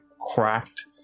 cracked